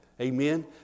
Amen